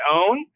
own